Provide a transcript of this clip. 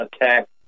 attack